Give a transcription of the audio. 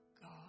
God